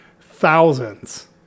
thousands